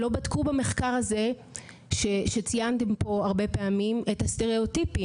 לא בדקו במחקר הזה שציינתם פה הרבה פעמים את הסטראוטיפים,